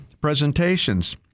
presentations